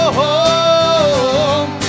home